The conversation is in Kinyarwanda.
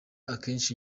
akenshi